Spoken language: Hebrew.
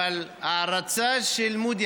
אבל ההערצה של מודי,